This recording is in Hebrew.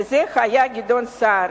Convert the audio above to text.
וזה היה גדעון סער.